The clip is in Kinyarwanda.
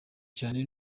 cyane